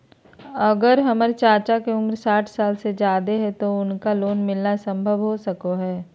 अगर हमर चाचा के उम्र साठ साल से जादे हइ तो उनका लोन मिलना संभव हो सको हइ?